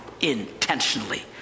intentionally